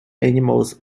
animals